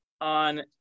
on